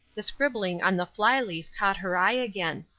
the scribbling on the fly-leaf caught her eye again.